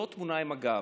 לא תמונה עם הגב.